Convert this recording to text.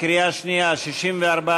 ולכן נצביע בקריאה שנייה על סעיפים 7,